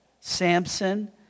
Samson